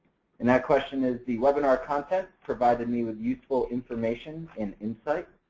and that question is, the webinar content provided me with useful information and insight.